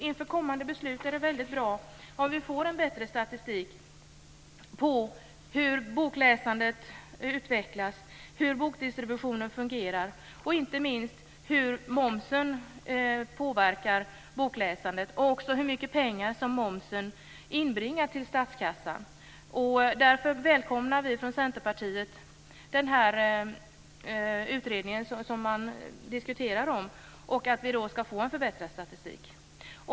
Inför kommande beslut är det väldigt bra om vi får en bättre statistik på hur bokläsandet utvecklas, hur bokdistributionen fungerar och inte minst hur momsen påverkar bokläsandet - också hur mycket pengar momsen inbringar till statskassan. Därför välkomnar vi från Centerpartiet den utredning som man diskuterar och att vi då skall få en förbättrad statistik.